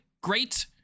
Great